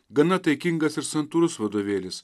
gana taikingas ir santūrus vadovėlis